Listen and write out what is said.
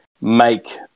make